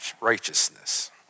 righteousness